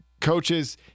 coaches